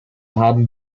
haben